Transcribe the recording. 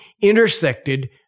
intersected